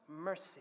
mercy